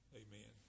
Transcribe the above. amen